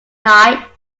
night